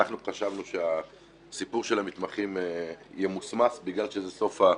חשבנו שהסיפור של המתמחים ימוסמס בגלל שזה סוף הכנסת,